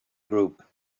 group